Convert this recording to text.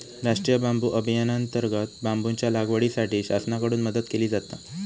राष्टीय बांबू अभियानांतर्गत बांबूच्या लागवडीसाठी शासनाकडून मदत केली जाता